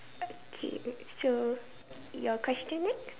okay so your question next